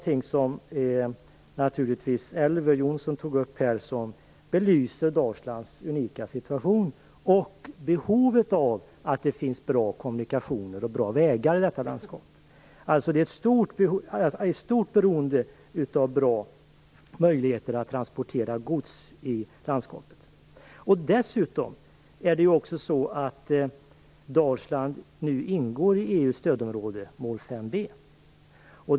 Detta belyser, precis som Elver Jonsson tog upp, Dalslands unika situation och behovet av bra kommunikationer och bra vägar i detta landskap. Dalsland är starkt beroende av bra möjligheter att transportera gods i landskapet. Dessutom ingår Dalsland nu i EU:s stödområde enligt mål 5b.